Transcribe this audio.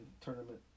tournament